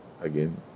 again